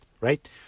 right